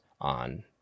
on